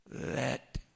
Let